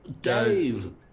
Dave